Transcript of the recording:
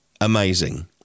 amazing